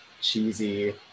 cheesy